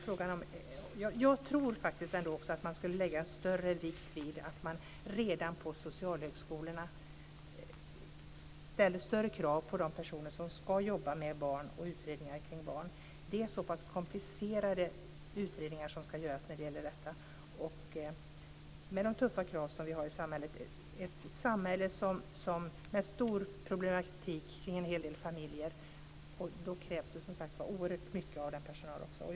Men jag tror att man redan på socialhögskolorna ska lägga större vikt vid att ställa högre krav på de personer som ska jobba med utredningar kring barn. Det är så pass komplicerade utredningar som ska göras - med de tuffa krav som ställs i samhället. Det är ett samhälle med många familjer som har stora problem. Då krävs det oerhört mycket av personalen.